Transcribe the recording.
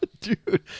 dude